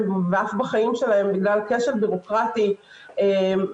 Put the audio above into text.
לפני שנה וחצי באמת קרה שהרשות הפלשתינית החליטה להפסיק